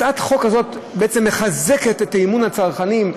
הצעת החוק הזאת בעצם מחזקת את אמון הצרכנים,